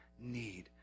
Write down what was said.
need